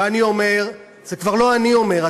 ואני אומר זה כבר לא אני אומר,